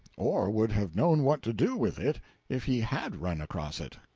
or would have known what to do with it if he had run across it.